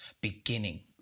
beginning